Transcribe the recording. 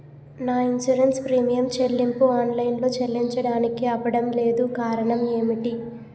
నా insurance premium చెల్లింపు online లో చెల్లించడానికి అవ్వడం లేదు కారణం ఏమిటి?